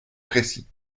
précis